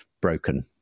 broken